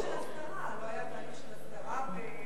לא היה תהליך של הסדרה?